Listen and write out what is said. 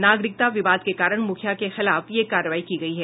नागरिकता विवाद के कारण मुखिया के खिलाफ यह कार्रवाई की गयी है